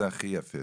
הכי יפה,